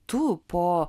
tu po